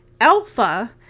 Alpha